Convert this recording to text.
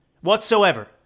Whatsoever